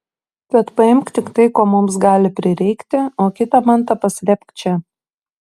tad paimk tik tai ko mums gali prireikti o kitą mantą paslėpk čia